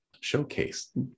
showcase